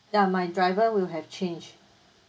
ya my driver will have change